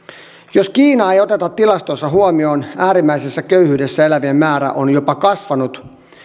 jos kiinaa ei oteta tilastoissa huomioon äärimmäisessä köyhyydessä elävien määrä on jopa kasvanut